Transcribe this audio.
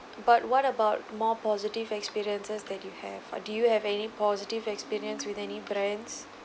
but what about more positive experiences that you have or do you have any positive experience with any brands